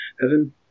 heaven